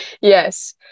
Yes